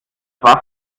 wasser